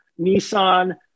Nissan